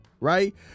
right